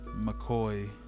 McCoy